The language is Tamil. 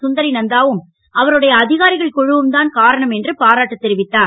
சுந்தரி நன்தாவும் அவருடைய அதிகாரிகள் குழுவும் தான் காரணம் என்று பாராட்டு தெரிவித்தார்